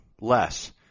less